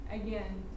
again